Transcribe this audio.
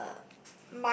the